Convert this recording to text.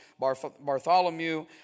Bartholomew